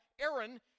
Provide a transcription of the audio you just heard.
Aaron